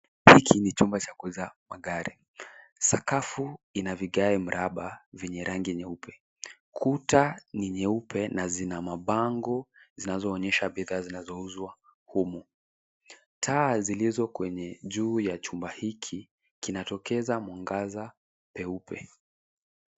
Hiki ni chumba cha kuuza magari. Sakafu ina vigae mraba vyenye rangi nyeupe. Kuta ni nyeupe na zina mabango zinazoonyesha bidhaa zinazouzwa humu. Taa zilizo kwenye juu ya chumba hiki kinatokeza mwangaza peupe.